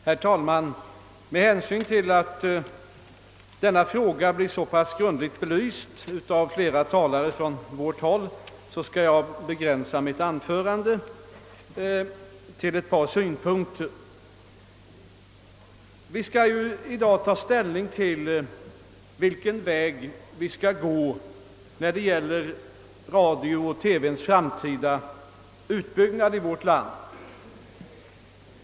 Herr talman! Med hänsyn till att denna fråga blir så pass grundligt belyst av flera talare från vårt håll skall jag begränsa mitt anförande till ett par synpunkter. Vi skall i dag ta ställning till vilken väg vi skall gå när det gäller radions och televisionens framtida utbyggnad i vårt land.